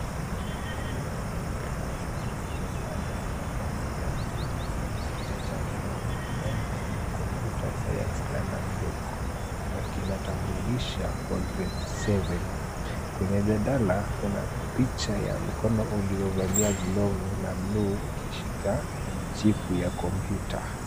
Kiabu cha kiada chenye rangi ya buluu, kichwa chake ni Longhorn Computer Science learner's book na kinatambulisha kwa Grade 7. Kwenye jadala kuna picha ya mkono uliovalia glovu ya buluu ukishika chipu ya kompyuta.